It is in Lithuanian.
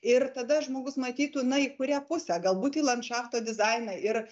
ir tada žmogus matytų na į kurią pusę galbūt į landšafto dizainą ir